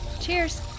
cheers